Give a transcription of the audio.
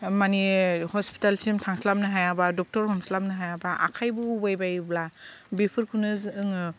मानि हसपिटालसिम थांस्लाबनो हायाबा डक्टर हमस्लाबनो हायाबा आखाय बौबाय बायोब्ला बेफोरखौनो जोङो